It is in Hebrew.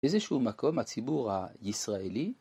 באיזשהו מקום, הציבור ה...ישראלי,